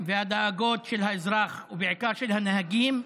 והדאגות של האזרח, ובעיקר של הנהגים,